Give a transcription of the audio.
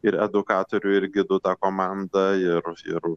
ir edukatorių ir gidų tą komandą ir ir